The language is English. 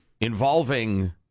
involving